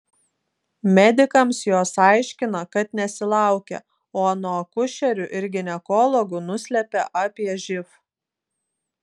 medikams jos aiškina kad nesilaukia o nuo akušerių ir ginekologų nuslepia apie živ